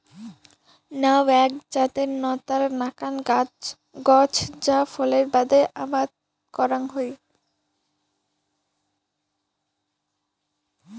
নাউ এ্যাক জাতের নতার নাকান গছ যা ফলের বাদে আবাদ করাং হই